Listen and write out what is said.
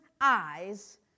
eyes